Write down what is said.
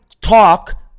talk